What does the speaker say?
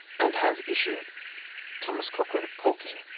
and has issue thomas cochran of polkely,